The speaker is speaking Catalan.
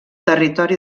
territori